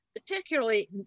particularly